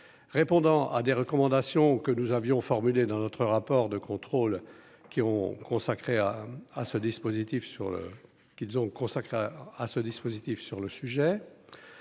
répondant à des recommandations que nous avions formulées dans notre rapport de contrôle qui ont consacré à à ce dispositif sur qu'ils